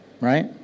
right